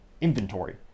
inventory